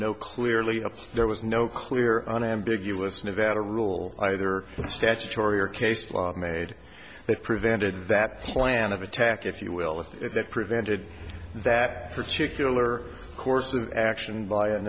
no clearly there was no clear unambiguous nevada rule either statutory or case law made that prevented that plan of attack if you will with that prevented that particular course of action